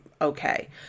okay